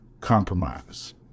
Compromise